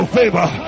favor